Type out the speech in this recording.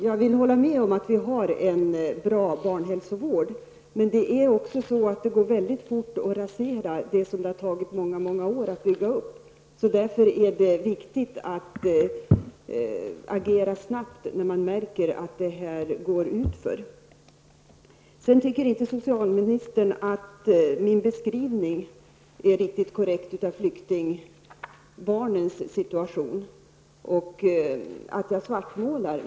Fru talman! Jag håller med om att vi har en bra barnhälsovård. Men det går väldigt fort att rasera det som det har tagit många år att bygga upp, och det är därför viktigt att agera snabbt när man märker att det går utför. Socialministern tycker inte att min beskrivning av flyktingbarnens situation är riktigt korrekt, utan hon menar att jag svartmålar.